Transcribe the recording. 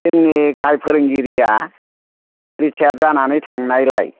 जोंनि गाहाय फोरोंगिरिया रिथायार जानानै थांनायलाय